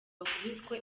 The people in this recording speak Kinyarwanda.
wakubiswe